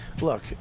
look